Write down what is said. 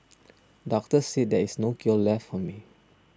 doctors said there is no cure left for me